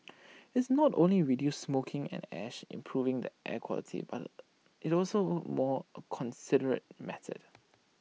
it's not only reduces smoking and ash improving the air quality but is also A more considerate method